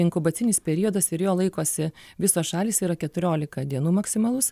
inkubacinis periodas ir jo laikosi visos šalys yra keturiolika dienų maksimalus